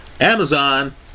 Amazon